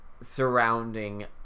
surrounding